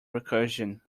recursion